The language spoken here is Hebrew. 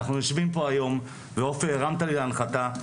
אנחנו יושבים פה היום ועופר הרמת לי להנחתה,